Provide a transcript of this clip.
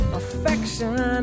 affection